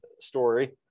story